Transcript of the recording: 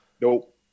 nope